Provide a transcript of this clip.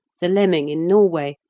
the lemming in norway,